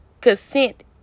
consent